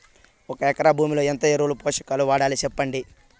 ఒక ఎకరా భూమిలో ఎంత ఎరువులు, పోషకాలు వాడాలి సెప్పండి?